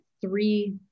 three